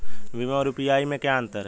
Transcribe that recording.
भीम और यू.पी.आई में क्या अंतर है?